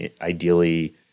ideally